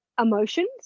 emotions